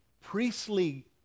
priestly